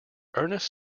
ernest